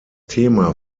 thema